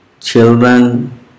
children